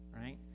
right